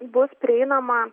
bus prieinama